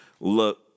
look